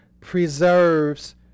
preserves